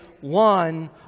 one